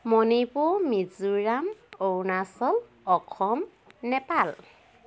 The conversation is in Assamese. মণিপুৰ মিজোৰাম অৰুণাচল অসম নেপাল